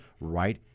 right